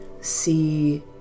see